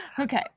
Okay